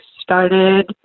started